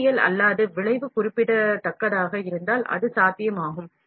நேரியல் அல்லாத விளைவு குறிப்பிடத்தக்கதாக இருந்தால் அது சாத்தியமாகும்